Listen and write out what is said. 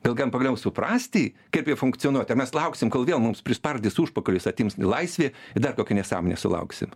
gal galim pagaliau suprasti kaip jie funkcionuoja tai mes lauksim kol vėl mums prispardys užpakalius atims laisvę ir dar kokią nesąmonę sulauksim